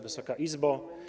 Wysoka Izbo!